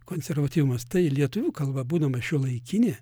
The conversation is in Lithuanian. konservatyvumas tai lietuvių kalba būdama šiuolaikinė